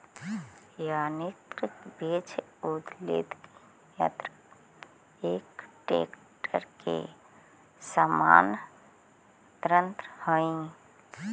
यान्त्रिक वृक्ष उद्वेलक यन्त्र एक ट्रेक्टर के समान यन्त्र हई